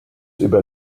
über